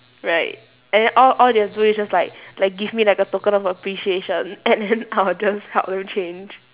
right and then all all they have to do is just like like give me like a token of appreciation and then I'll just help them change